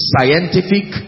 Scientific